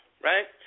right